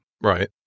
Right